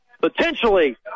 potentially